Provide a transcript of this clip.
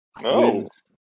wins